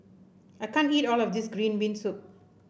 I can't eat all of this Green Bean Soup